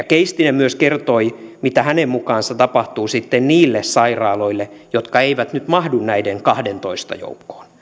keistinen myös kertoi mitä hänen mukaansa tapahtuu sitten niille sairaaloille jotka eivät nyt mahdu näiden kahdentoista joukkoon